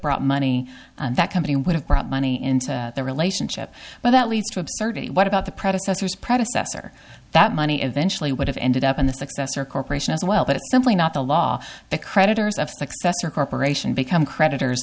brought money that company would have brought money into the relationship but that leads to absurdity what about the predecessors predecessor that money eventually would have ended up in the successor corporation as well but it's simply not the law the creditors of successor corporation become creditors